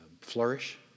flourish